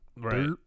Right